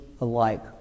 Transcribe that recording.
alike